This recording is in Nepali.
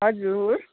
हजुर